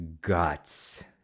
guts